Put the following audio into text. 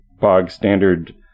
bog-standard